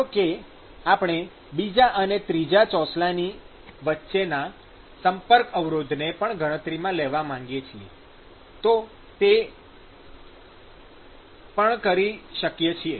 ધારો કે આપણે બીજા અને ત્રીજા ચોસલાની વચ્ચેના "સંપર્ક અવરોધ" ને પણ ગણતરીમાં લેવા માંગીએ છીએ તો એ પણ કરી શકીએ છીએ